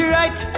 right